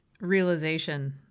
realization